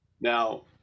Now